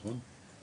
נכון?